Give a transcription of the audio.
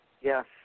Yes